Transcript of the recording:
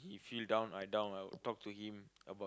he feel down I down I will talk to him